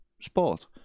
sport